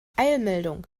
eilmeldung